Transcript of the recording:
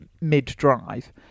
mid-drive